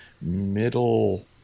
Middle